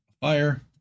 fire